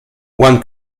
one